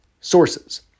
sources